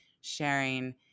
sharing